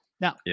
Now